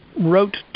wrote